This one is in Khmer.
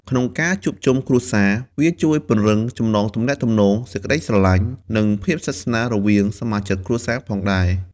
ក្នុងការជួបជុំគ្រួសារ វាជួយពង្រឹងចំណងទំនាក់ទំនង សេចក្តីស្រឡាញ់ និងភាពស្និទស្នាលរវាងសមាជិកគ្រួសារផងដែរ។